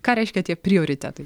ką reiškia tie prioritetai